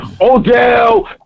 Odell